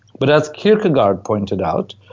but as kierkegaard pointed out,